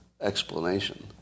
explanation